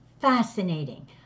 Fascinating